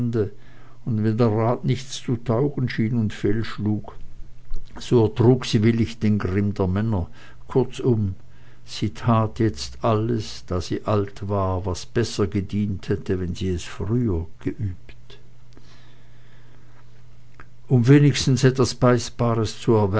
und wenn der rat nichts zu taugen schien und fehlschlug so ertrug sie willig den grimm der männer kurzum sie tat jetzt alles da sie alt war was besser gedient hätte wenn sie es früher geübt um wenigstens etwas